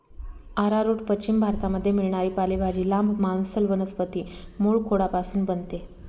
arrowroot पश्चिम भारतामध्ये मिळणारी पालेभाजी, लांब, मांसल वनस्पती मूळखोडापासून बनते